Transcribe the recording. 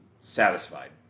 satisfied